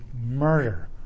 murder